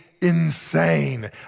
insane